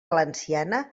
valenciana